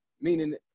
Meaning